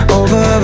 over